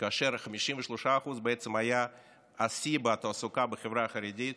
כאשר 53% היה השיא בתעסוקה בחברה החרדית